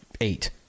eight